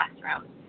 classroom